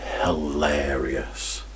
hilarious